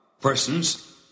persons